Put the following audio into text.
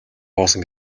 хоосон